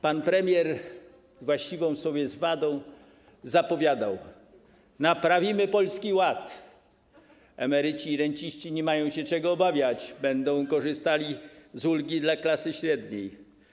Pan premier z właściwą sobie swadą zapowiadał: naprawimy Polski Ład, emeryci i renciści nie mają się czego obawiać, będą korzystali z ulgi dla klasy średniej.